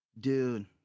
dude